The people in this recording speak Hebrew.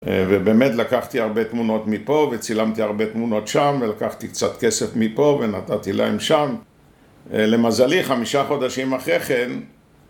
ובאמת לקחתי הרבה תמונות מפה, וצילמתי הרבה תמונות שם, ולקחתי קצת כסף מפה, ונתתי להם שם. למזלי, חמישה חודשים אחרי כן,